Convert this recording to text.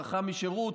ברחה משירות,